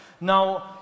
Now